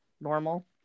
normal